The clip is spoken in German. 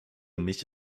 mich